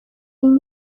این